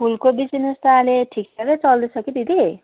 फुलको बिजिनेस त अहिले ठिकठाकै चल्दैछ कि दिदी